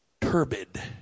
turbid